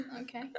okay